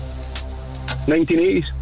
1980s